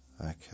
Okay